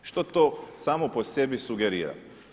Što to samo po sebi sugerira?